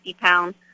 pounds